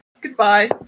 Goodbye